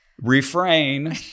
Refrain